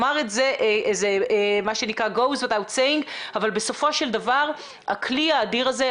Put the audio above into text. אבל בסופו של דבר הכלי האדיר הזה,